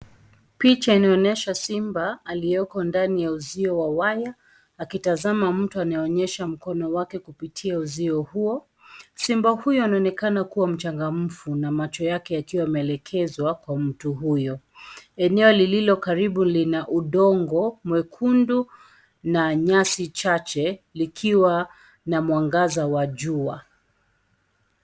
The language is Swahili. Picha inaonyesha simba aliyoko ndani wa uzio wa waya, akitazama mtu anayeonyesha mkono wake kupitia uzio huo. Simba huyu anaonekana kua mchangamfu na macho yake yakiwa yameelekezwa kwa mtu huyo. Eneo lililo karibu lina udongo mwekundu na nyasi chache, likiwa na mwangaza wa jua.